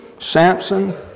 Samson